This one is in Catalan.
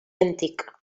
antic